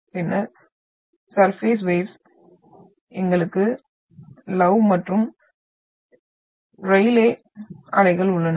பின்னர் சர்பேஸ் அலைகள் எங்களுக்கு லவ் மற்றும் ரெயிலே அலைகள் உள்ளன